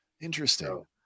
Interesting